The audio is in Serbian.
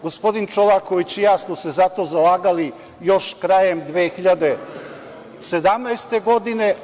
Gospodin Čolaković i ja smo se za to zalagali još krajem 2017. godine.